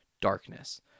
darkness